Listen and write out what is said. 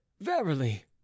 verily